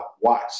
watch